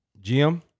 Jim